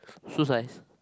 shoe size